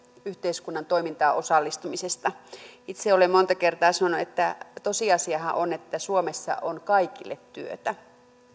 yhteiskunnan toimintaan osallistumisesta itse olen monta kertaa sanonut että tosiasiahan on että suomessa on kaikille työtä